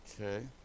Okay